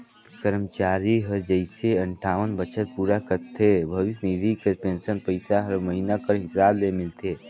करमचारी हर जइसे अंठावन बछर पूरा करथे भविस निधि कर पेंसन पइसा हर महिना कर हिसाब ले मिलथे